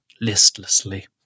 listlessly